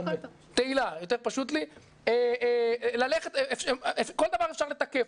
-- -כל דבר אפשר לתקף.